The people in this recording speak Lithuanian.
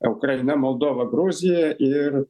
ukraina moldova gruzija ir